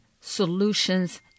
Solutions